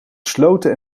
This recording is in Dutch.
sloten